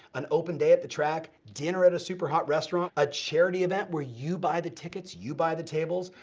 an open day at the track, dinner at a super-hot restaurant, a charity event where you buy the tickets, you buy the tables,